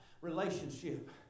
relationship